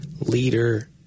leader